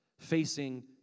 facing